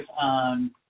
on